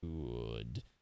good